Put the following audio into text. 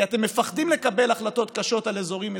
כי אתם פוחדים לקבל החלטות קשות על אזורים מסוימים,